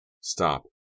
stop